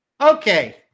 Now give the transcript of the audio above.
Okay